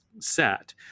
set